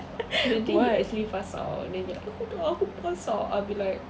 the day you actually pass out then you're like oh huda aku pass out I'll be like